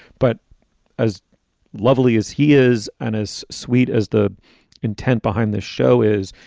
but as lovely as he is and as sweet as the intent behind this show is,